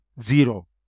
zero